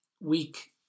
weak